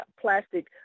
plastic